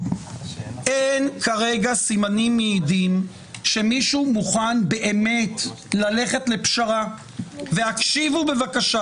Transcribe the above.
אין כרגע סימנים שמעידים שמישהו מוכן באמת ללכת לפשרה והקשיבו בבקשה